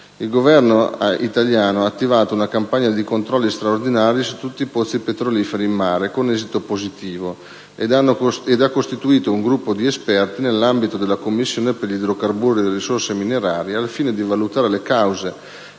Il Governo italiano ha attivato una campagna di controlli straordinari su tutti i pozzi petroliferi in mare, con esito positivo, ed ha costituito un gruppo di esperti nell'ambito della commissione per gli idrocarburi e le risorse minerarie al fine di valutare le cause